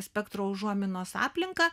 spektro užuominos aplinką